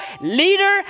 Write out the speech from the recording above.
leader